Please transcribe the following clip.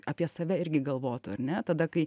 apie save irgi galvotų ar ne tada kai